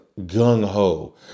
gung-ho